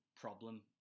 problem